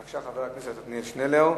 בבקשה, חבר הכנסת עתניאל שנלר.